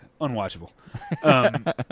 Unwatchable